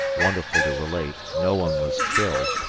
wonderful to relate, no one was killed,